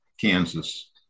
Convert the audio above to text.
kansas